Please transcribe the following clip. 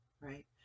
right